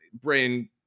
brain